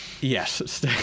Yes